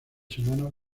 semanas